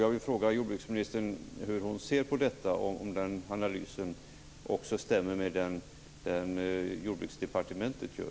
Jag vill fråga hur jordbruksministern ser på detta, om den analysen också stämmer med den analys som Jordbruksdepartementet gör.